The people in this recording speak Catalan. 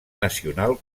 nacional